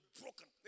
broken